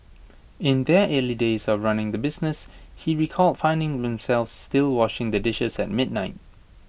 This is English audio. in their early days of running the business he recalled finding themselves still washing the dishes at midnight